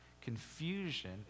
confusion